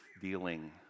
dealing